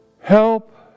Help